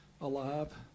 alive